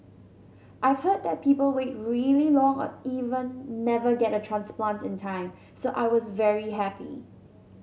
I've heard that people wait really long or even never get a transplant in time so I was very happy